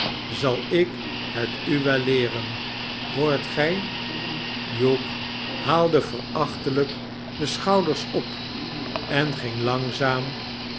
zal ik het u wel leeren hoort gij hugh haalde verachtelijk de schouders op en ging langzaam